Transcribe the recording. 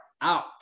out